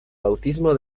bautismo